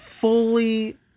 fully